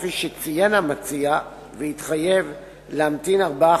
כפי שציין המציע והתחייב להמתין ארבעה